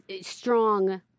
strong